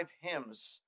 hymns